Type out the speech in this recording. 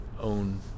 own